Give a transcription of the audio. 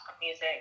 music